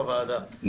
בוועדה,